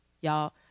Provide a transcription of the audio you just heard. y'all